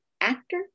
actor